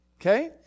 Okay